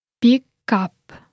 pick-up